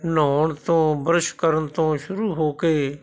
ਨਹਾਉਣ ਤੋਂ ਬੁਰਸ਼ ਕਰਨ ਤੋਂ ਸ਼ੁਰੂ ਹੋ ਕੇ